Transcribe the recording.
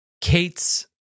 Kate's